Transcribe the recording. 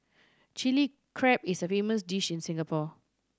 Chilli Crab is a famous dish in Singapore